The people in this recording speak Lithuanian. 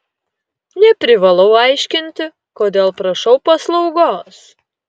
neprivalau aiškinti kodėl prašau paslaugos